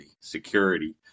security